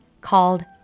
called